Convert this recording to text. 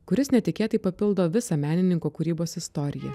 kuris netikėtai papildo visą menininko kūrybos istoriją